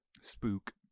spook